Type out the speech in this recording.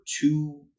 two